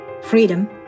freedom